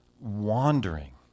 wandering